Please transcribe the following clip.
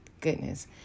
Goodness